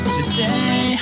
today